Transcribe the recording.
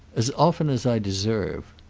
as often as i deserve.